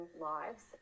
lives